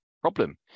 problem